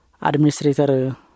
Administrator